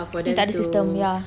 tak ada system ya